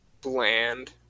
bland